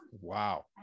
Wow